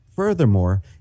Furthermore